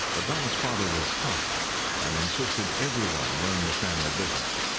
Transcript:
ah donald's father was tough and insisted everyone learn the family business.